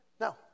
No